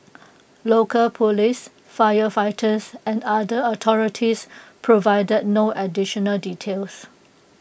local Police firefighters and other authorities provided no additional details